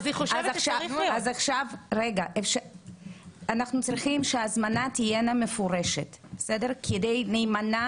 אנחנו צריכים שההזמנה תהיה מפורשת כדי להימנע